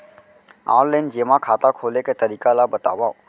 Online जेमा खाता खोले के तरीका ल बतावव?